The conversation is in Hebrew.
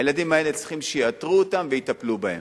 הילדים האלה צריכים שיאתרו אותם ויטפלו בהם.